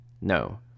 No